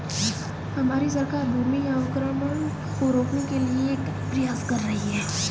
हमारी सरकार भूमि अवक्रमण को रोकने के लिए कई प्रयास कर रही है